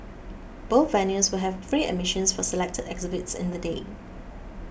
both venues will have free admissions for selected exhibits in the day